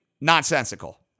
nonsensical